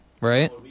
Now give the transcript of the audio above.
right